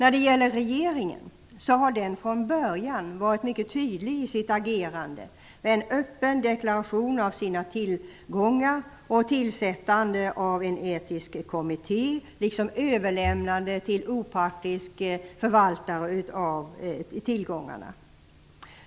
Regeringen har från början varit mycket tydlig i sitt agerande, med en öppen deklaration av sina tillgångar och tillsättande av en etisk kommitté, liksom överlämnande till opartisk förvaltare av tillgångarna.